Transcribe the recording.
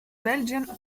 belgian